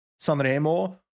Sanremo